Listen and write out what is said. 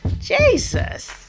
Jesus